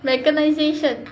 mechanisation